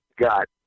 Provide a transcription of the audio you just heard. got